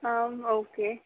Aam okay